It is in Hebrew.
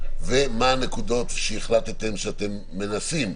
ומה הנקודות שהחלטתם שאתם מנסים,